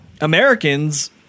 Americans